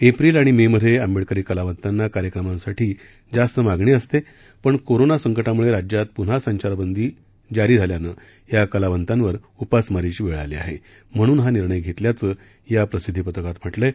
April आणि May मध्ये आंबेडकरी कालावंतांना कार्याक्रमांसाठी जास्त मागणी असते पण कोरोना संकटा मुळे राज्यात पुन्हा संचारबंदी जारी झाल्यानं या कलावंतांवर उपासमारीची वेळ आली आहे म्हणून हा निर्णय घेतल्याचं या प्रसिद्धिपत्रकात म्हटलं आहे